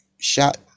shot